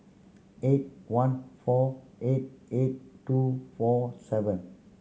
eight one four eight eight two four seven